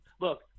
Look